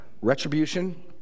retribution